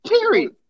Period